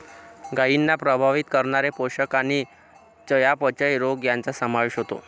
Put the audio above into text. गायींना प्रभावित करणारे पोषण आणि चयापचय रोग यांचा समावेश होतो